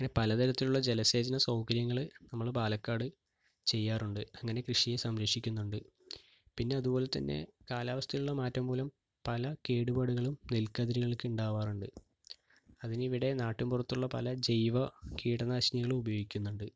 അങ്ങനെ പലതരത്തിലുള്ള ജലസേചന സൗകര്യങ്ങൾ നമ്മൾ പാലക്കാട് ചെയ്യാറുണ്ട് അങ്ങനെ കൃഷിയെ സംരക്ഷിക്കുന്നുണ്ട് പിന്നെ അതുപോലെത്തന്നെ കാലാവസ്ഥയിലുള്ള മാറ്റം മൂലം പല കേടുപാടുകളും നെൽക്കതിരുകൾക്ക് ഉണ്ടാവാറുണ്ട് അതിനിവിടെ നാട്ടുമ്പുറത്തുള്ള പല ജൈവ കീടനാശിനികളും ഉപയോഗിക്കുന്നുണ്ട്